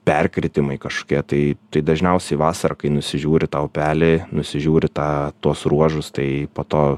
perkritimai kažkokie tai tai dažniausiai vasarą kai nusižiūri tą upelį nusižiūri tą tuos ruožus tai po to